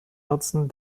nutzen